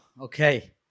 Okay